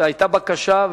והיתה בקשה,